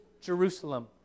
Jerusalem